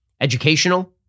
educational